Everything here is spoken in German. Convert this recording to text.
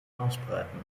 ausbreiten